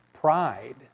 Pride